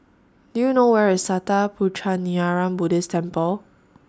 Do YOU know Where IS Sattha Puchaniyaram Buddhist Temple